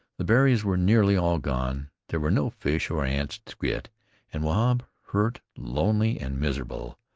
the berries were nearly all gone there were no fish or ants to get, and wahb, hurt, lonely, and miserable,